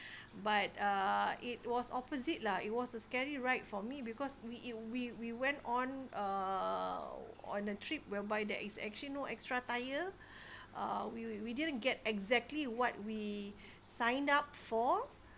but uh it was opposite lah it was a scary ride for me because we it we we went on uh on a trip whereby there is actually no extra tire uh we we didn't get exactly what we signed up for